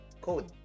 code